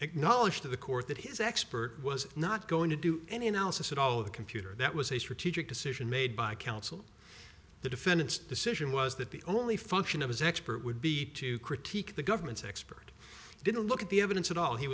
acknowledged to the court that his expert was not going to do any analysis at all of the computer that was a strategic decision made by counsel the defendant's decision was that the only function of his expert would be to critique the government's expert didn't look at the evidence at all he